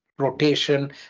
rotation